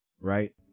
right